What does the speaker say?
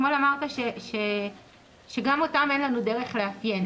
אתמול אמרת שגם אותם אין לנו דרך לאפיין.